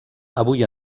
avui